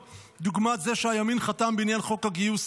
דוגמת זה שהימין חתם בעניין חוק הגיוס,